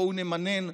בואו נמנן.